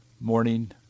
morning